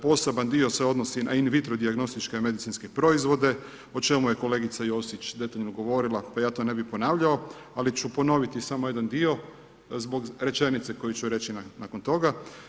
Poseban dio se odnosi na in vitro dijagnostičke medicinske proizvode o čemu je kolegica Josić detaljno govorila, pa ja to ne bih ponavljao, ali ću ponoviti samo jedan dio zbog rečenice koju ću reći nakon toga.